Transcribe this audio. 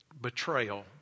betrayal